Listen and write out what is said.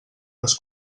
les